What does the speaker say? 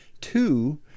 Two